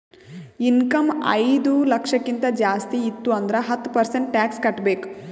income ಐಯ್ದ ಲಕ್ಷಕ್ಕಿಂತ ಜಾಸ್ತಿ ಇತ್ತು ಅಂದುರ್ ಹತ್ತ ಪರ್ಸೆಂಟ್ ಟ್ಯಾಕ್ಸ್ ಕಟ್ಟಬೇಕ್